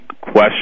question